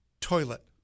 toilet